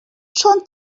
چون